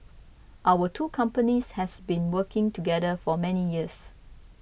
our two companies has been working together for many years